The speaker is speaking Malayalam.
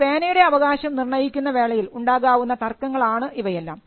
ഒരു പേനയുടെ അവകാശം നിർണയിക്കുന്ന വേളയിൽ ഉണ്ടാകാവുന്ന തർക്കങ്ങളാണ് ഇവയെല്ലാം